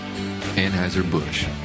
Anheuser-Busch